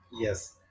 Yes